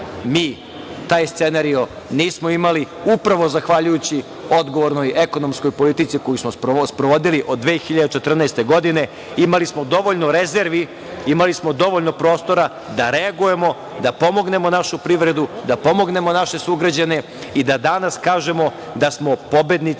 mi taj scenario nismo imali upravo zahvaljujući odgovornoj, ekonomskoj politici koju smo sprovodili od 2014. godine. Imali smo dovoljno rezervi, imali smo dovoljno prostora da reagujemo, da pomognemo našu privredu, da pomognemo naše sugrađane i da danas kažemo da smo pobednici